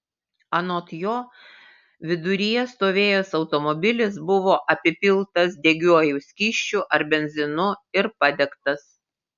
anot jo viduryje stovėjęs automobilis buvo apipiltas degiuoju skysčiu ar benzinu ir padegtas